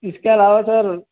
اس کے علاوہ سر